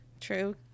True